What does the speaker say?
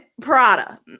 Prada